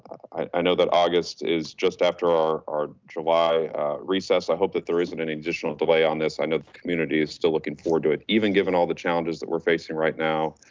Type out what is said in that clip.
i know that august is just after our our july recess, i hope that there isn't any additional delay on this. i know the community is still looking forward to it, even given all the challenges that we're facing right now,